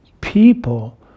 people